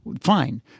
fine